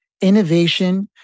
innovation